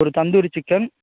ஒரு தந்தூரி சிக்கன்